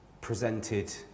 presented